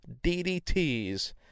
DDTs